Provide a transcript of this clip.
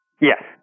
Yes